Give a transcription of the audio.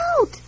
out